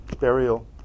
burial